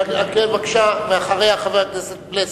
בבקשה, ואחריה, חבר הכנסת פלסנר.